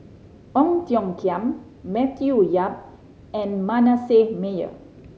Ong Tiong Khiam Matthew Yap and Manasseh Meyer